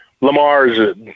Lamar's